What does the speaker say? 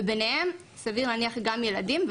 וביניהם סביר להניח גם ילדים.